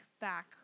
back